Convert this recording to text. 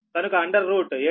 కనుక under root 7